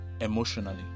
emotionally